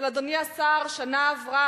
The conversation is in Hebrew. אבל, אדוני השר, שנה עברה,